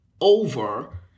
over